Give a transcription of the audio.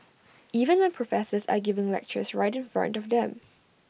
even when professors are giving lectures right in front of them